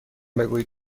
بگویید